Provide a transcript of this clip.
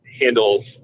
handles